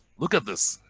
look at this.